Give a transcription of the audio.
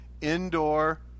Indoor